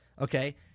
okay